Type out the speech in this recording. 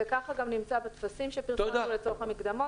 זה ככה גם נמצא בטפסים שפרסמנו לצורך המקדמות.